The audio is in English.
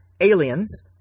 Aliens